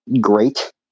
great